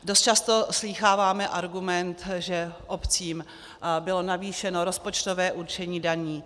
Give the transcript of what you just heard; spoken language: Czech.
Dost často slýcháváme argument, že obcím bylo navýšeno rozpočtové určení daní.